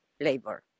labor